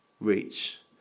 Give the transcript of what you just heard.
reach